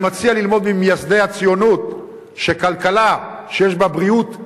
אני מציע ללמוד ממייסדי הציונות שכלכלה שיש בה בריאות וחינוך,